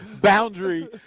boundary